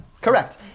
Correct